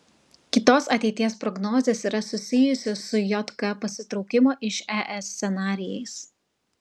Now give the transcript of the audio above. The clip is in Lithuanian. kitos ateities prognozės yra susijusios su jk pasitraukimo iš es scenarijais